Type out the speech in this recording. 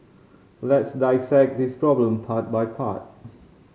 let's dissect this problem part by part